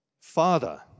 Father